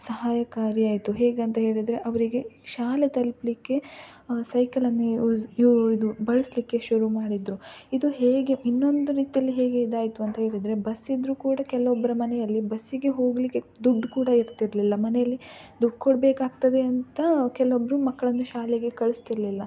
ಸಹಾಯಕಾರಿಯಾಯಿತು ಹೇಗಂತ ಹೇಳಿದರೆ ಅವರಿಗೆ ಶಾಲೆ ತಲುಪಲಿಕ್ಕೆ ಸೈಕಲನ್ನೇ ಯೂಸ್ ಇದು ಬಳಸಲಿಕ್ಕೆ ಶುರು ಮಾಡಿದರು ಇದು ಹೇಗೆ ಇನ್ನೊಂದು ರೀತಿಯಲ್ಲಿ ಹೇಗೆ ಇದಾಯಿತು ಅಂತ ಹೇಳಿದರೆ ಬಸ್ಸಿದ್ದರು ಕೂಡ ಕೆಲವೊಬ್ಬರು ಮನೆಯಲ್ಲಿ ಬಸ್ಸಿಗೆ ಹೋಗಲಿಕ್ಕೆ ದುಡ್ಡು ಕೂಡ ಇರ್ತಿರಲಿಲ್ಲ ಮನೆಯಲ್ಲಿ ದುಡ್ಡು ಕೊಡಬೇಕಾಗ್ತದೆ ಅಂತ ಕೆಲವೊಬ್ಬರು ಮಕ್ಕಳನ್ನು ಶಾಲೆಗೆ ಕಳಿಸ್ತಿರ್ಲಿಲ್ಲ